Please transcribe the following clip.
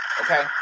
Okay